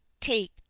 take